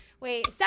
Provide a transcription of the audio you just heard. Wait